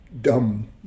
dumb